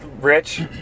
rich